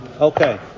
Okay